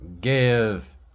give